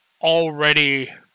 already